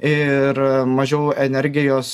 ir mažiau energijos